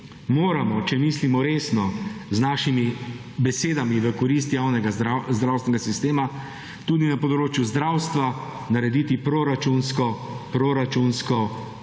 moramo, če mislimo resno z našimi besedami v korist javnega zdravstvenega sistema, tudi na področju zdravstva narediti proračunsko, proračunsko